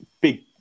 Big